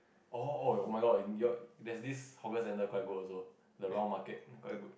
oh oh oh my god your that this hawker centre quite good also the round market is quite good